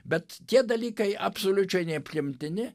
bet tie dalykai absoliučiai nepriimtini